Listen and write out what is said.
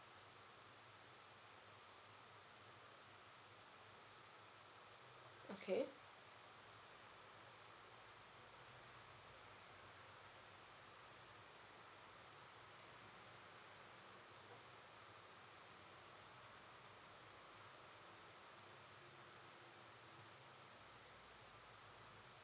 okay